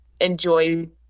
enjoy